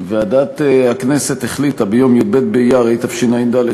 ועדת הכנסת החליטה ביום י"ב באייר התשע"ד,